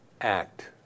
act